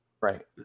Right